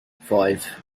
five